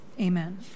Amen